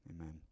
Amen